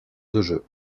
jeu